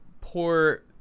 poor